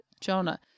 Jonah